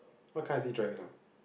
what car is he driving now